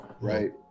right